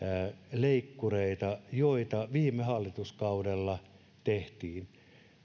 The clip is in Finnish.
leikkureita joita viime hallituskaudella tehtiin